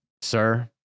sir